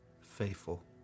faithful